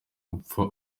upfa